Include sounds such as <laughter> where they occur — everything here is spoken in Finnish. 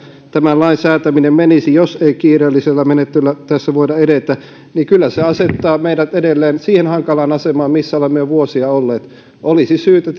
tämän lain säätäminen menisi vuoteen kaksituhattakaksikymmentä jos ei kiireellisellä menettelyllä tässä voida edetä kyllä se asettaa meidät edelleen siihen hankalaan asemaan missä olemme jo vuosia olleet olisi syytä <unintelligible>